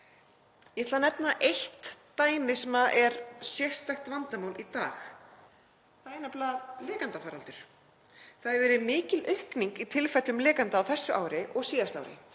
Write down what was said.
Ég ætla að nefna eitt dæmi sem er sérstakt vandamál í dag. Það er nefnilega lekandafaraldur. Það hefur verið mikil aukning í tilfellum lekanda á þessu ári og síðasta ári.